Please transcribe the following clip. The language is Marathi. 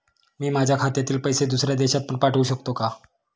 मी माझ्या खात्यातील पैसे दुसऱ्या देशात पण पाठवू शकतो का?